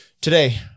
today